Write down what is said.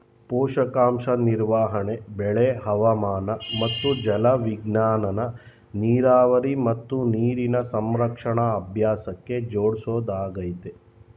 ಪೋಷಕಾಂಶ ನಿರ್ವಹಣೆ ಬೆಳೆ ಹವಾಮಾನ ಮತ್ತು ಜಲವಿಜ್ಞಾನನ ನೀರಾವರಿ ಮತ್ತು ನೀರಿನ ಸಂರಕ್ಷಣಾ ಅಭ್ಯಾಸಕ್ಕೆ ಜೋಡ್ಸೊದಾಗಯ್ತೆ